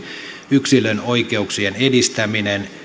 yksilön oikeuksien edistäminen